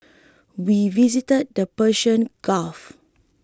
we visited the Persian Gulf